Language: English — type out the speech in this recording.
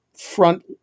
Front